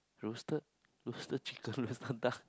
roasted roasted chicken roasted duck